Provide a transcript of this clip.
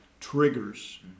triggers